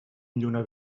lluna